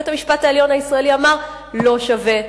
בית-המשפט העליון הישראלי אמר: לא שווה.